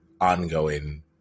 ongoing